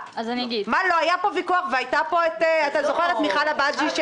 היה פה ויכוח, והייתה פה מיכל עבאדי.